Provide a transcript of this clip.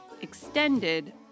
Extended